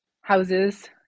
houses